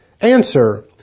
Answer